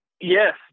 yes